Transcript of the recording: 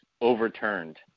overturned